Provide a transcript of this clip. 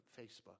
Facebook